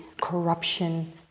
corruption